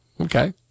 Okay